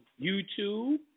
YouTube